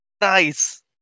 Nice